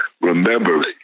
remember